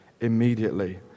immediately